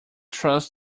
trust